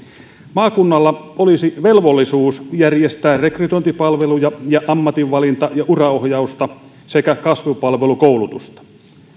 maakunnalla olisi velvollisuus järjestää rekrytointipalveluja ja ammatinvalinta ja uraohjausta sekä kasvupalvelukoulutusta